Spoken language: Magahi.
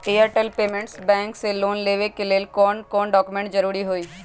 एयरटेल पेमेंटस बैंक से लोन लेवे के ले कौन कौन डॉक्यूमेंट जरुरी होइ?